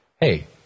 hey